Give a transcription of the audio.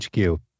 HQ